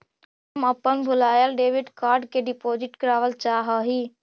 हम अपन भूलायल डेबिट कार्ड के रिपोर्ट करावल चाह ही